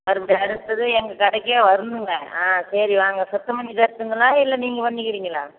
மறுபடி அடுத்தது எங்கள் கடைக்கே வரணுங்க ஆ சரி வாங்க சுத்தம் பண்ணி தரட்டுங்களா இல்லை நீங்கள் பண்ணிக்கிறீங்களா